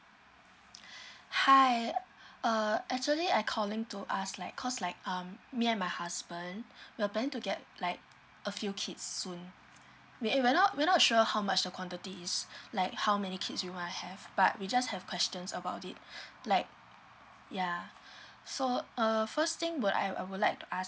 hi uh actually I calling to ask like cause like um me and my husband we are planning to get like a few kids soon eh we're not we're not sure how much the quantity is like how many kids we wanna have but we just have questions about it like yeah so err first thing would I I would like to ask